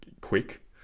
quick